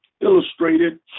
illustrated